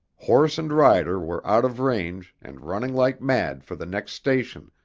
horse and rider were out of range and running like mad for the next station,